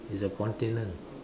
it's a continent